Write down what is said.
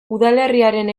udalerriaren